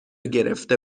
گرفته